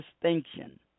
distinction